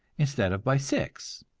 instead of by six,